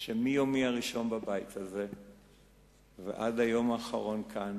שמיומי הראשון בבית הזה ועד היום האחרון כאן